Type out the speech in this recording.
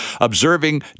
observing